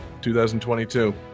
2022